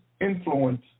influence